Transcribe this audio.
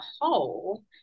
whole